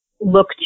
look